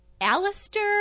Alistair